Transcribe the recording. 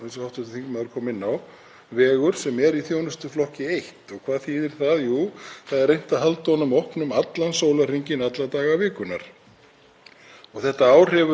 Þetta ár hefur verið óvenju snjóþungt eða kannski fyrst og fremst óvenju illviðrasamt það sem af er og þær aðstæður hafa því skapast nokkuð oft að ekki hefur verið möguleiki á að hafa veginn